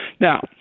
Now